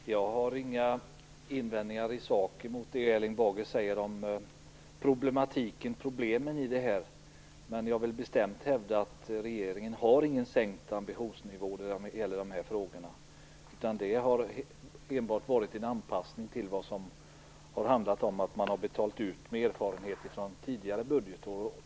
Fru talman! Jag har inga invändningar i sak mot det Erling Bager säger om problemen här, men jag vill hävda att regeringen inte har sänkt ambitionsnivån i de här frågorna. Det har enbart skett en anpassning när det handlar om vad som betalats ut, med erfarenhet från tidigare budgetår.